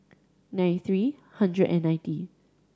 nine three hundred and ninety